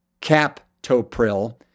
Captopril